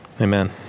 Amen